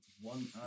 one